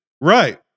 Right